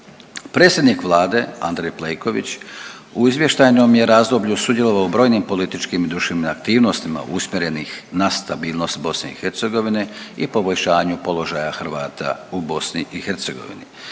Predsjednik vlade Andrej Plenković u izvještajnom je razdoblju sudjelovao u brojnim političkim i društvenim aktivnostima usmjerenih na stabilnost BiH i poboljšanju položaja Hrvata u BiH. Predsjednik